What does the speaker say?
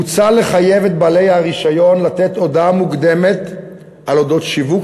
מוצע לחייב את בעלי הרישיון לתת הודעה מוקדמת על אודות שיווק